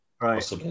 Right